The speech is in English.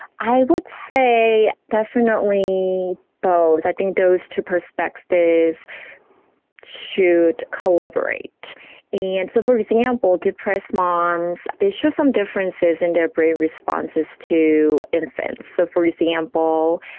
i would say definitely both, i think those two perspectives should collaborate and so, for example, depressed mums, they show some differences in their brain responses to infants. so, for example,